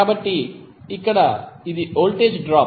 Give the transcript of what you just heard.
కాబట్టి ఇక్కడ ఇది వోల్టేజ్ డ్రాప్